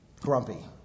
grumpy